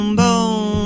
boom